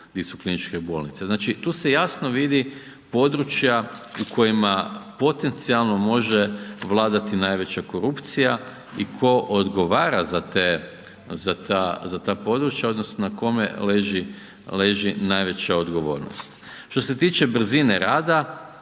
kliničke bolnice. Znači, tu se jasno vide područja u kojima potencijalno može vladati najveća korupcija i tko odgovara za ta područja odnosno kome leži najveća odgovornost. Što se tiče brzine rada,